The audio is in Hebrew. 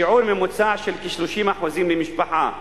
בשיעור ממוצע של כ-30% למשפחה.